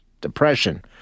depression